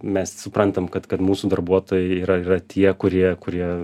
mes suprantam kad kad mūsų darbuotojai yra yra tie kurie kurie